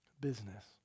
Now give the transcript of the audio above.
business